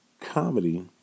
comedy